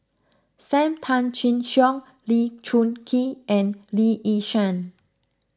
Sam Tan Chin Siong Lee Choon Kee and Lee Yi Shyan